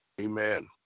Amen